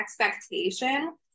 expectation